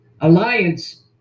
Alliance